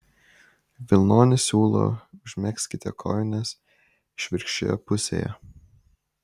vilnonį siūlą užmegzkite kojinės išvirkščioje pusėje